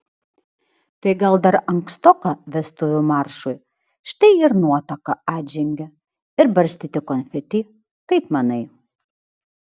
tai gal dar ankstoka vestuvių maršui štai ir nuotaka atžengia ir barstyti konfeti kaip manai